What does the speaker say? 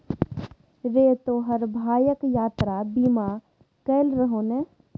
रे तोहर भायक यात्रा बीमा कएल रहौ ने?